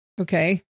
Okay